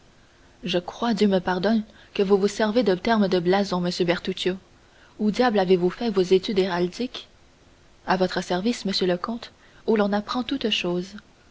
je crois dieu me pardonne que vous vous servez de termes de blason monsieur bertuccio où diable avez-vous fait vos études héraldiques à votre service monsieur le comte où l'on apprend toutes choses